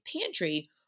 pantry